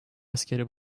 askeri